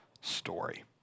story